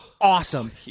awesome